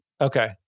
Okay